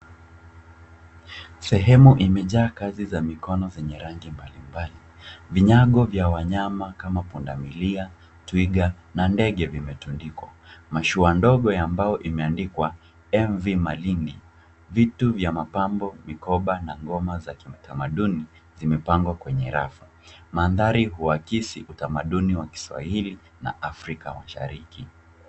Sehemu imejaa kazi za mikono zenye rangi mbalimbali vinyago vya wanyama kama pundamilia, twiga na ndege vimetundikwa. Mashua ndogo ya mbao imeandikwa MV Malindi. Vitu vya mapambo mikoba na ngoma za kitamaduni zimepangwa kwenye rafu. Mandhari huakisi utamaduni wa kiswahili na Afrika Mashariki.